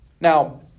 Now